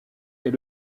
est